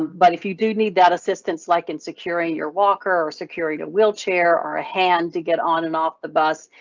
but if you do need that assistance, like in securing your walker or securing a wheelchair or a hand to get on and off the bus,